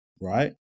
Right